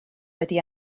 wedi